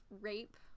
rape